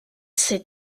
ces